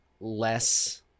less